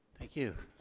thank you.